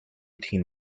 teen